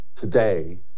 today